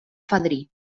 fadrí